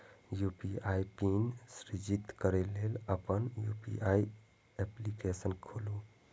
UPI pin सृजित करै लेल अपन यू.पी.आई एप्लीकेशन खोलू